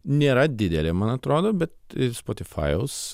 nėra didelė man atrodo bet spotifajaus